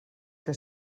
que